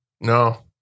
No